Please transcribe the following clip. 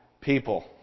people